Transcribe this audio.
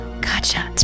Gotcha